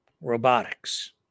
robotics